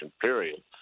period